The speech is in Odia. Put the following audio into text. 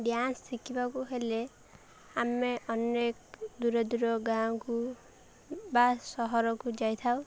ଡ୍ୟାନ୍ସ ଶିଖିବାକୁ ହେଲେ ଆମେ ଅନେକ ଦୂର ଦୂର ଗାଁକୁ ବା ସହରକୁ ଯାଇଥାଉ